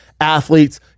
athletes